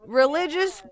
religious